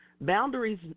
Boundaries